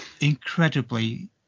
incredibly